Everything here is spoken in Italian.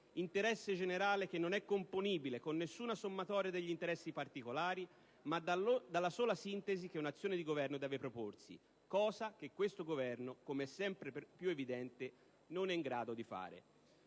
Interesse generale che non è componibile con nessuna sommatoria degli interessi particolari, ma dalla sola sintesi che un'azione di governo deve proporsi, cosa che questo Governo, come è sempre più evidente, non è in grado di fare.